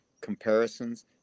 Comparisons